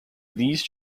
these